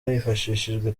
hifashishijwe